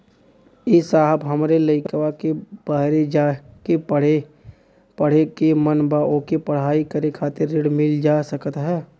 ए साहब हमरे लईकवा के बहरे जाके पढ़े क मन बा ओके पढ़ाई करे खातिर ऋण मिल जा सकत ह?